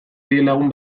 bidelagun